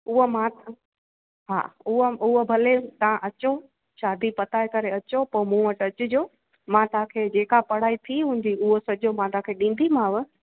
उहो मां हा उहो उहो भले तव्हां अचो शादी पकाए करे अचो पोइ मूं वटि अचि जो मां तव्हांखे जेका पढ़ाई थी हूंदी उहो सॼो मां तव्हांखे ॾींदीमांव